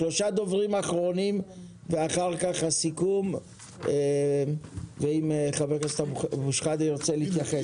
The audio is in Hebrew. שלושה דוברים אחרונים ואחר כך סיכום ואם ח"כ אבו שחאדה ירצה להתייחס.